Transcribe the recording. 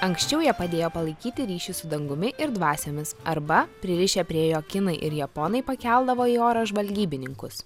anksčiau jie padėjo palaikyti ryšius su dangumi ir dvasiomis arba pririšę prie jo kinai ir japonai pakeldavo į orą žvalgybininkus